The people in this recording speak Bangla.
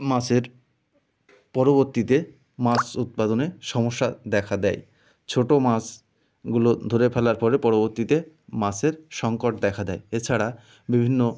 মাছের পরবর্তীতে মাছ উৎপাদনে সমস্যা দেখা দেয় ছোট মাছগুলো ধরে ফেলার ফলে পরবর্তীতে মাছের সঙ্কট দেখা দেয় এছাড়া বিভিন্ন